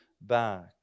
back